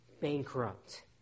bankrupt